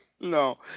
no